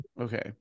Okay